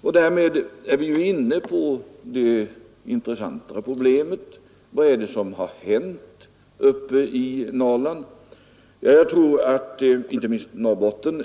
Därmed är vi inne på det intressanta problemet: Vad är det som hänt uppe i Norrland och inte minst i Norrbotten?